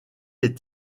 est